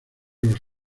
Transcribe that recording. los